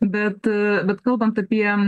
bet bet kalbant apie